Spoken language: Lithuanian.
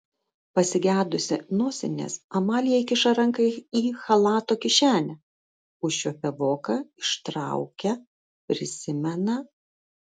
pasigedusi nosinės amalija įkiša ranką į chalato kišenę užčiuopia voką ištraukia prisimena